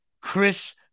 Chris